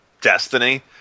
Destiny